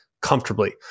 comfortably